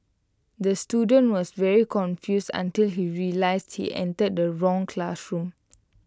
the student was very confused until he realised he entered the wrong classroom